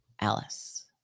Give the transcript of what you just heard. Alice